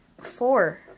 Four